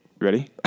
Ready